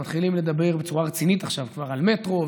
מתחילים לדבר בצורה רצינית עכשיו כבר על מטרו.